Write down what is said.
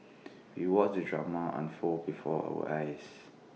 we watched the drama unfold before our eyes